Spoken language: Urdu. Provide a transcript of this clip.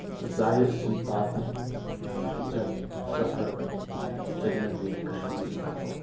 ظاہر سی بات ہے کہ جب سفر جنتِ کشمیر کا ہو